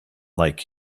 like